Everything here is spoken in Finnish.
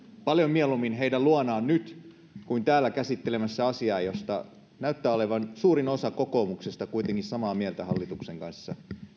paljon mieluummin heidän luonaan nyt kuin täällä käsittelemässä asiaa josta näyttää olevan suurin osa kokoomuksesta kuitenkin samaa mieltä hallituksen kanssa